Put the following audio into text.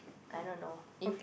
I don't know if